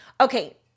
Okay